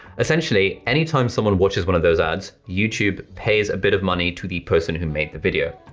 essentially anytime someone watches one of those ads, youtube pays a bit of money to the person who made the video.